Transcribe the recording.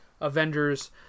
Avengers